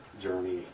journey